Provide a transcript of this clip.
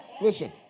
Listen